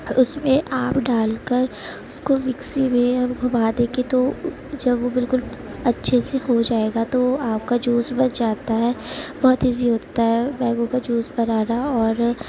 اس میں آم ڈال کر اس کو مکسی میں ہم گھما دیں گے تو جب وہ بالکل اچھے سے ہو جائے گا تو آم کا جوس بن جاتا ہے بہت ایزی ہوتا ہے مینگو کا جوس بنانا اور